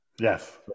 yes